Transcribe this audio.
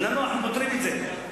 אנחנו פותרים את זה.